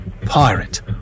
pirate